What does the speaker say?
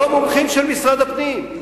לא מומחים של משרד הפנים.